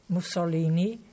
Mussolini